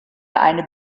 eine